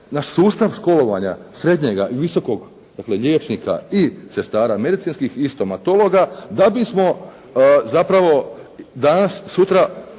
naš sustav školovanja srednjega i visokog, dakle liječnika i sestara medicinskih i stomatologa da bismo zapravo danas-sutra